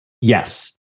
Yes